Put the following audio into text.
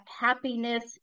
happiness